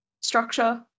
structure